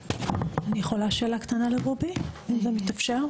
אני יכולה שאלה קטנה לרובי, אם זה מתאפשר?